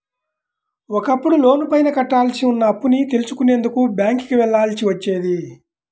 ఒకప్పుడు లోనుపైన కట్టాల్సి ఉన్న అప్పుని తెలుసుకునేందుకు బ్యేంకుకి వెళ్ళాల్సి వచ్చేది